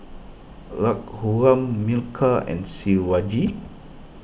Raghuram Milkha and Shivaji